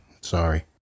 Sorry